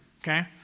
Okay